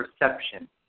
perception